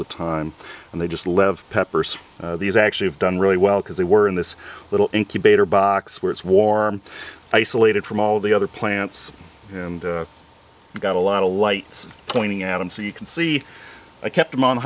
the time and they just lev peppers these actually have done really well because they were in this little incubator box where it's warm isolated from all the other plants and got a lot a light pointing at him so you can see i kept him on